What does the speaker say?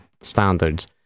standards